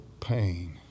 pain